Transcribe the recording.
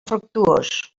fructuós